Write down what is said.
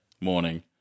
morning